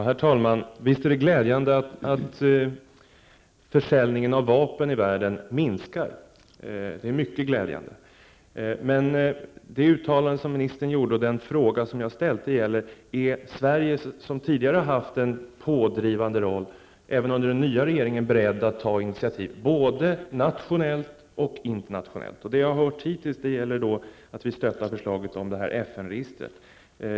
Herr talman! Visst är det glädjande att försäljningen av vapen i världen minskar. Det är mycket glädjande. Men den fråga jag ställde gäller huruvida Sverige som tidigare har haft en pådrivande roll även under den nya regeringen är beredd att ta inititiativ både nationellt och internationellt. Det jag har hört hittills gäller att vi stöttar förslaget om ett FN-register.